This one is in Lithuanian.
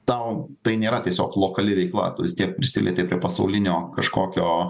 tau tai nėra tiesiog lokali veikla tu vis tiek prisilieti prie pasaulinio kažkokio